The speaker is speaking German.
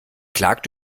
klagt